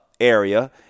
area